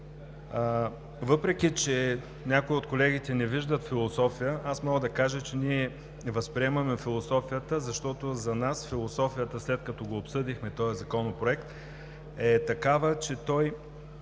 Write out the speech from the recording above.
въпреки че някои от колегите не виждат философия, аз мога да кажа, че ние възприемаме философията, защото за нас тя, след като обсъдихме този законопроект, е такава, че той